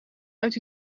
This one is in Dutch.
uit